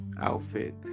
outfit